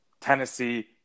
Tennessee